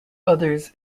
others